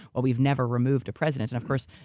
but we've never removed a president. and of course,